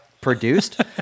produced